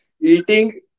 eating